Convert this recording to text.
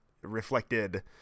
reflected